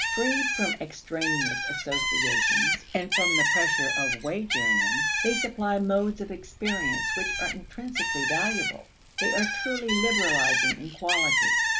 freed from extraneous associations and from the pressure of wage-earning, they supply modes of experience which are intrinsically valuable they are truly liberalizing in quality.